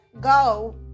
go